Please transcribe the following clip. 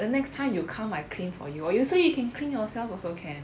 the next time you come I clean for you or you say you can clean yourself also can